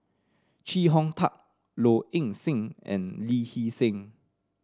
Chee Hong Tat Low Ing Sing and Lee Hee Seng